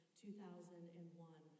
2001